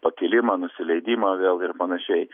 pakilimą nusileidimą vėl ir panašiai